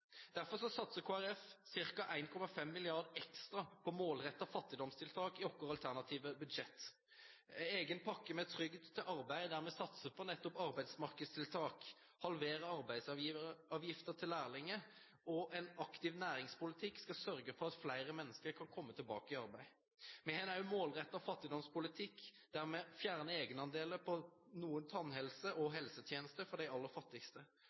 satser Kristelig Folkeparti ca. 1,5 mrd. kr ekstra på målrettede fattigdomstiltak i vårt alternative budsjett. Vi har en egen pakke: overgang fra trygd til arbeid, der vi satser på nettopp arbeidsmarkedstiltak halvering av arbeidsgiveravgiften for lærlinger en aktiv næringspolitikk som skal sørge for at flere mennesker kan komme tilbake i arbeid Vi har også en målrettet fattigdomspolitikk, der vi fjerner egenandeler på noen tannhelse- og helsetjenester for de aller fattigste,